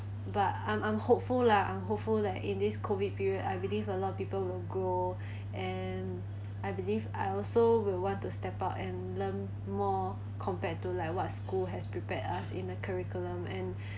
but I'm I'm hopeful lah I'm hopeful like in this COVID period I believe a lot of people will go and I believe I also will want to step up and learn more compared to like what school has prepared us in a curriculum and